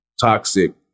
Toxic